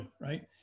right